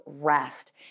rest